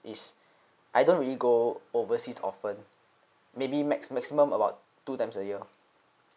is I don't really go overseas often maybe max maximum about two times a year